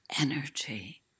energy